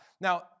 Now